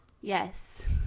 Yes